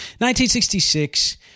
1966